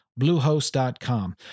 bluehost.com